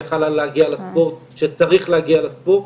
שיכל להגיע לספורט, שצריך להגיע לספורט.